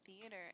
theater